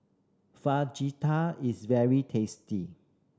fajita is very tasty